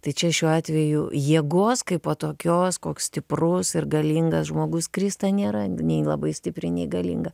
tai čia šiuo atveju jėgos kaipo tokios koks stiprus ir galingas žmogus krista nėra nei jin labai stipri nei galinga